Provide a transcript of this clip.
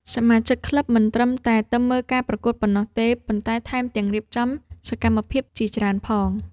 សមាជិកក្លឹបមិនត្រឹមតែទៅមើលការប្រកួតប៉ុណ្ណោះទេ ប៉ុន្តែថែមទាំងរៀបចំសកម្មភាពជាច្រើនផង។